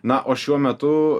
na o šiuo metu